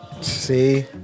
See